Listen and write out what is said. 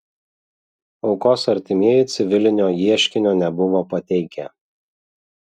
aukos artimieji civilinio ieškinio nebuvo pateikę